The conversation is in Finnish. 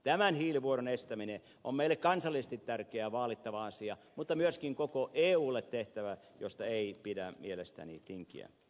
tämän hiilivuodon estäminen on meille kansallisesti tärkeä vaalittava asia mutta myöskin koko eulle tehtävä josta ei pidä mielestäni tinkiä